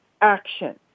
action